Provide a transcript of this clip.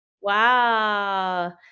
Wow